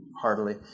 heartily